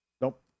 Nope